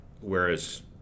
whereas